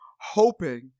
hoping